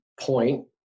point